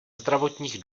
zdravotních